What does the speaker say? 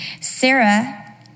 Sarah